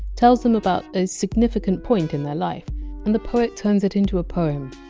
tells them about a significant point in their life and the poet turns it into a poem.